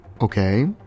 Okay